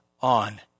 on